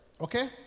Okay